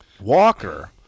Walker